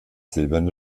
silberne